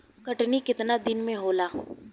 कटनी केतना दिन मे होला?